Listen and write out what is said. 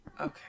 Okay